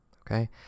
Okay